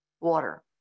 water